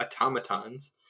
automatons